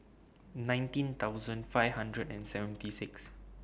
nineteen thousand five hundred and seventy six